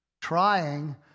Trying